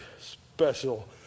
special